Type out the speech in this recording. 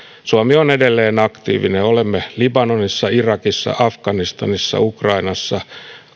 suomi on edelleen aktiivinen olemme libanonissa irakissa afganistanissa ukrainassa